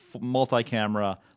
multi-camera